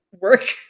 work